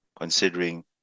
considering